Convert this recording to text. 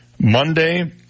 Monday